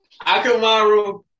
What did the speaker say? Akamaru